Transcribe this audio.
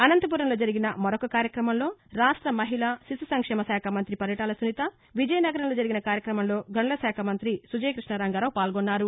అనంతపురంలో జరిగిన మరొక కార్యక్రమంలో రాష్ట మహిళా శిశు సంక్షేమ శాఖ మంత్రి పరిటాల సునీత విజయనగరంలో జరిగిన కార్యక్రమంలో గనుల శాఖ మంతి సుజయకృష్ణ రంగారావు పాల్గొన్నారు